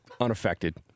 unaffected